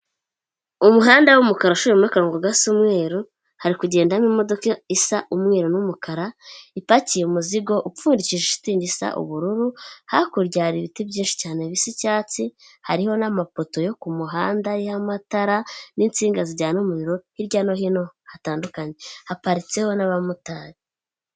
Umuhanda w'umukara ushoyemo akarongp gasa umweru, hari kugendamo imodoka isa umweru n'umukara, ipakiye umuzigo upfundikije shitingi isa ubururu, hakurya hari ibiti byinshi cyane bisa icyatsi hariho n'amapoto yo kumuhanda ariho amatara n'insinga zijyana umuriro hirya no hino hatandukanye. Haparitseho n'abamotari.